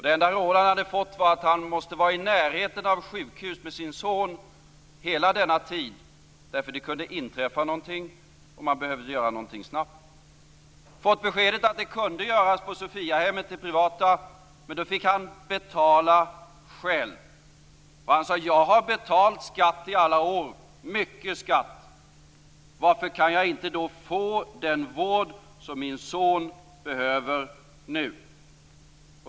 Det enda råd han hade fått var att han måste vara i närheten av sjukhus med sin son hela denna tid därför att det kunde inträffa någonting som man snabbt behövde göra något åt. Han hade fått beskedet att det kunde göras på det privata Sophiahemmet, men då fick han betala själv. Han sade: Jag har betalt skatt i alla år - mycket skatt. Varför kan jag inte då få den vård som min son behöver nu?